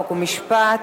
חוק ומשפט,